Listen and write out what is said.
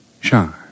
shine